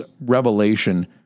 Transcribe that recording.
revelation